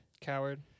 Coward